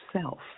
self